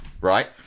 right